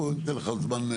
בוא ניתן לך עוד זמן,